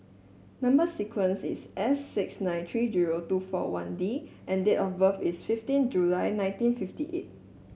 number sequence is S six nine three zero two four one D and date of birth is fifteen July nineteen fifty eight